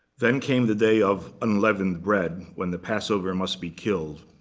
then came the day of unleavened bread, when the passover must be killed.